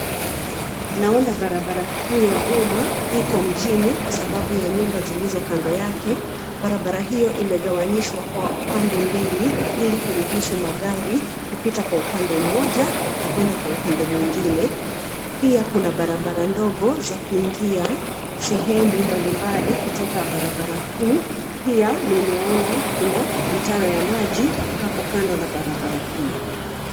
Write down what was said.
Naona barabara kuu ya umma, iko mjini kwa sababu ya nyumba zilizo kando yake. Barabara hiyo imegawanyishwa kwa upande mbili, ili kuruhusu magari kupita kwa upande mmoja na kwenda kwa upande mwingine. Pia kuna barabara ndogo za kuingia sehemu mbalimbali kutoka barabara kuu. Pia nimeona kuna mitaro ya maji hapo kando na barabara kuu.